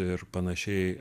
ir panašiai